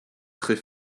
très